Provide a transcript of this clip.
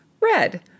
Red